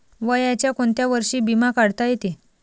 वयाच्या कोंत्या वर्षी बिमा काढता येते?